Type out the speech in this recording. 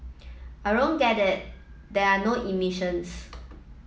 I don't get it there are no emissions